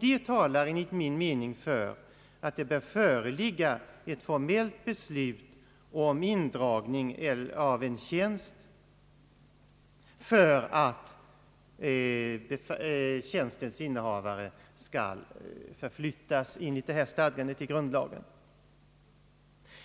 Det talar enligt min mening för att det bör föreligga ett formellt beslut om indragning av en tjänst för att tjänstens innehavare skall kunna förflyttas enligt stadgandet i grundlagen.